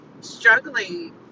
struggling